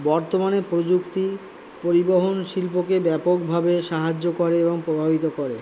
বর্তমানে প্রযুক্তি পরিবহন শিল্পকে ব্যাপকভাবে সাহায্য করে এবং প্রভাবিত করে